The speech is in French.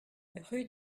rue